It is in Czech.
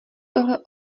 tohle